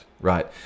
right